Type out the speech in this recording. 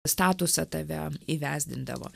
statusą tave įvesdindavo